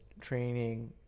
training